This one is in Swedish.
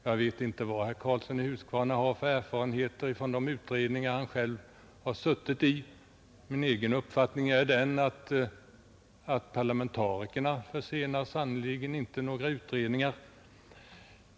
Jag vet inte vad herr Karlsson i Huskvarna har för erfarenheter från de utredningar han deltagit i, men min egen uppfattning är den att parlamentarikerna sannerligen inte försenar några utredningar.